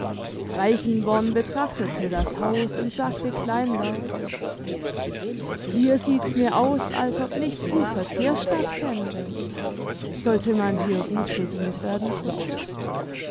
reichenborn betrachtete das haus und sagte kleinlaut hier sieht mir's aus als ob nicht viel verkehr statt fände sollte man hier gut bedient werden kutscher